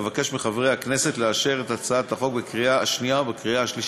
אבקש מחברי הכנסת לאשר את הצעת החוק בקריאה השנייה ובקריאה השלישית.